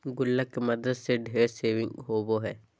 गुल्लक के मदद से ढेर सेविंग होबो हइ